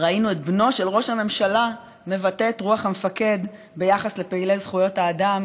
ראינו את בנו של ראש הממשלה מבטא את רוח המפקד ביחס לפעילי זכויות האדם,